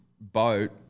boat